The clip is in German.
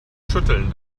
schütteln